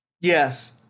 Yes